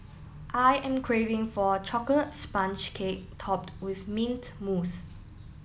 I am craving for a chocolate sponge cake topped with mint mousse